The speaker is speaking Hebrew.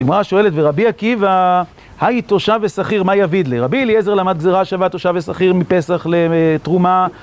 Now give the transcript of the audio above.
דמרה שואלת ורבי עקיבא, היי תושב וסחיר, מה יביד ליה רבי אליעזר, למד גזירה שווה, תושב וסחיר, מפסח לתרומה.